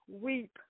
Weep